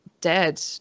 dead